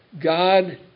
God